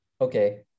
okay